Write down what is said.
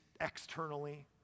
externally